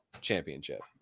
championship